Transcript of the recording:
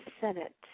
Senate